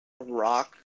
rock